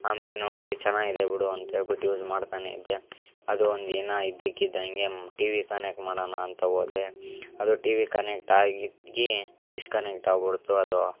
ಆಮೇಲೆ ನೋಡಿದೆ ಚೆನ್ನಾಗಿದೆ ಬಿಡು ಅಂತ ಹೇಳ್ಬಿಟ್ಟು ಯೂಸ್ ಮಾಡ್ತಾನೆ ಇದ್ದೆ ಅದು ಒಂದು ಏನೋ ಇದ್ದಕ್ಕಿದಂಗೆ ಟಿ ವಿಗೆ ಕನೆಕ್ಟ್ ಮಾಡೋಣ ಅಂತ ಹೋದೆ ಅದು ಟಿ ವಿಗೆ ಕನೆಕ್ಟಾಗಿದ್ದು ಡಿಸ್ಕನೆಕ್ಟ್ ಆಗ್ಬಿಡ್ತು ಅದು